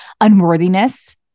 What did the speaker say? unworthiness